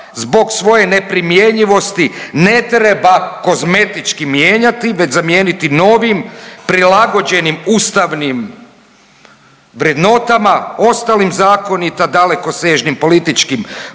zbog svoje neprimjenjivosti ne treba kozmetički mijenjati već zamijeniti novim prilagođenim ustavnim vrednotama, ostalim zakonima dalekosežnim političkim promjena